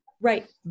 Right